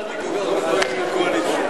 ההסתייגות של חברת הכנסת